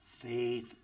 faith